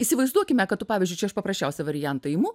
įsivaizduokime kad tu pavyzdžiui aš paprasčiausią variantą imu